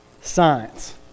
science